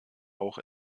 auch